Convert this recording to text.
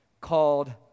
called